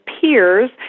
peers